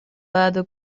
بعده